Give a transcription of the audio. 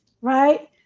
Right